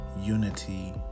unity